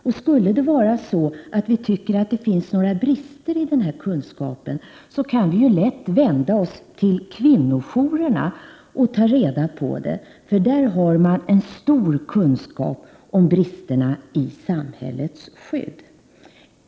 Och skulle det vara så att vi tycker att det finns några brister i denna kunskap, så kan vi lätt vända oss till kvinnojourerna och ta reda på hur det är, för där har man en stor kunskap om bristerna i samhällets skydd.